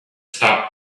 stop